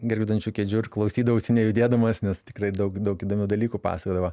girgždančių kėdžių ir klausydavausi nejudėdamas nes tikrai daug daug įdomių dalykų pasakodavo